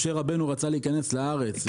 משה רבנו רצה להיכנס לארץ,